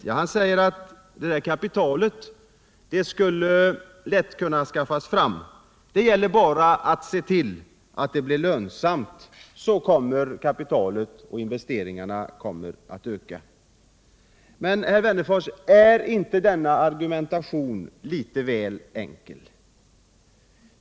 Jo, han sade att kapitalet lätt kan skaffas fram — det gäller bara att se till att företagen blir lönsamma, så ökar kapitalets villighet att investera. Men, herr Wennerfors, är inte denna argumentation litet väl enkel?